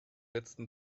letzten